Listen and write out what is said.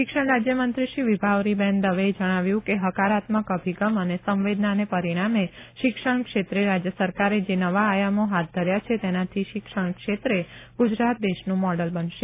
શિક્ષણ રાજ્યમંત્રી શ્રી વિભાવરીબહેન દવેએ જણાવ્યું કે હકારાત્મક અભિગમ અને સંવેદનને પરિણામે શિક્ષણ ક્ષેત્રે રાજય સરકારે જે નવા આયામો હાથ ધર્યા છે તેનાથી શિક્ષણ ક્ષેત્રે ગુજરાત દેશનું મોડલ બનશે